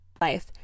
Life